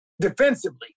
defensively